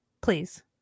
Please